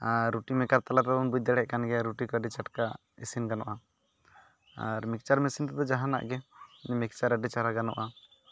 ᱟᱨ ᱨᱩᱴᱤ ᱢᱮᱠᱟᱨ ᱛᱟᱞᱟᱛᱮᱵᱚᱱ ᱵᱩᱡᱽ ᱫᱟᱲᱮᱭᱟᱜ ᱠᱟᱱᱜᱮᱭᱟ ᱨᱩᱴᱤ ᱠᱚ ᱟᱹᱰᱤ ᱪᱷᱮᱴᱠᱟ ᱤᱥᱤᱱ ᱜᱟᱱᱚᱜᱼᱟ ᱟᱨ ᱢᱤᱠᱪᱟᱨ ᱢᱮᱥᱤᱱ ᱛᱮᱫᱚ ᱡᱟᱦᱟᱱᱟᱜ ᱜᱮ ᱢᱤᱚᱠᱪᱟᱨ ᱟᱹᱰᱤ ᱪᱮᱦᱚᱨᱟ ᱜᱟᱱᱚᱜᱼᱟ